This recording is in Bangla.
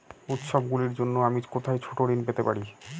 উত্সবগুলির জন্য আমি কোথায় ছোট ঋণ পেতে পারি?